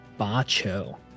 Bacho